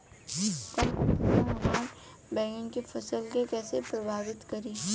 कम आद्रता हमार बैगन के फसल के कइसे प्रभावित करी?